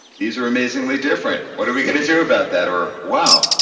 these are amazingly different, what are we going to do about that? or, wow,